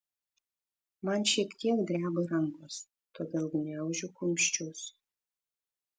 man šiek tiek dreba rankos todėl gniaužiu kumščius